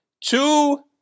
two